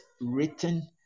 written